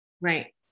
right